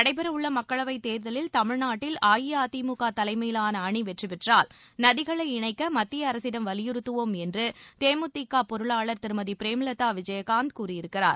நடைபெறவுள்ள மக்களவைத் தேர்தலில் தமிழ்நாட்டில் அஇஅதிமுக தலைமையிலான அணி வெற்றி பெற்றால் நதிகளை இணைக்க மத்திய அரசிடம் வலியுறுத்துவோம் என்று தேமுதிக பொருளாளர் திருமதி பிரேமலதா விஜயகாந்த் கூறியிருக்கிறார்